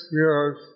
years